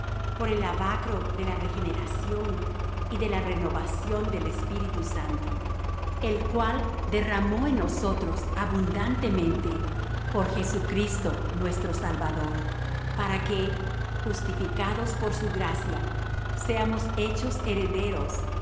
por el lavacro de la regeneración y de la renovación del espíritu santo el cual derramó en nosotros abundantemente por jesucristo nuestro salvador para que justificados por su gracia seamos hechos herederos